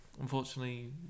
unfortunately